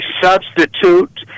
substitute